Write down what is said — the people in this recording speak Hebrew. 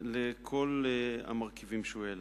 על כל המרכיבים שהוא העלה.